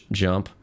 jump